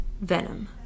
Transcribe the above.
venom